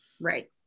Right